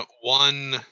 one